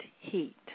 heat